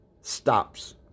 stops